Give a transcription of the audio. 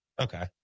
Okay